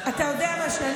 אתה יודע משהו?